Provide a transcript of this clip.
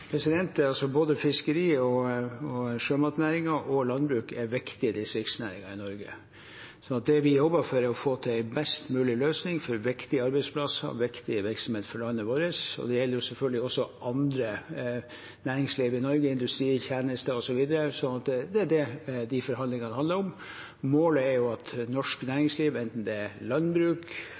Norge, så det vi jobber for, er å få til en best mulig løsning for viktige arbeidsplasser og viktig virksomhet for landet vårt, og det gjelder selvfølgelig også annet næringsliv i Norge: industri, tjenester osv. Så det er det de forhandlingene handler om. Målet er at norsk næringsliv, enten det er landbruk,